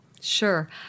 Sure